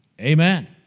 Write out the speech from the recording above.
amen